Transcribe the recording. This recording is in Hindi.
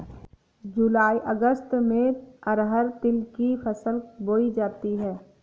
जूलाई अगस्त में अरहर तिल की फसल बोई जाती हैं